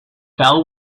fell